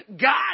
God